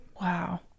Wow